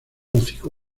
hocico